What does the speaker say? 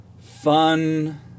fun